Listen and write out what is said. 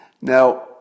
Now